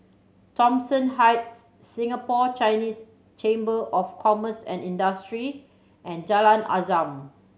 Thomson Heights Singapore Chinese Chamber of Commerce and Industry and Jalan Azam